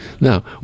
Now